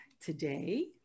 Today